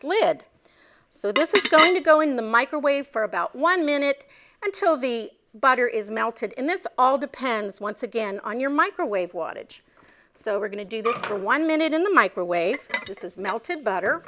glass lid so this is going to go in the microwave for about one minute until the butter is melted in this all depends once again on your microwave wattage so we're going to do this for one minute in the microwave just as melted butter